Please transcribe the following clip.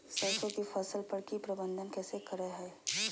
सरसों की फसल पर की प्रबंधन कैसे करें हैय?